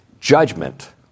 judgment